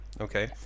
okay